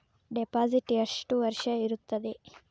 Deposit ಎಷ್ಟು ವರ್ಷ ಇರುತ್ತದೆ?